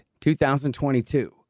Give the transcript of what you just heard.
2022